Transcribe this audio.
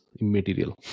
immaterial